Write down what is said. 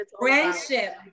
friendship